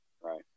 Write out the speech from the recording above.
Right